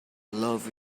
love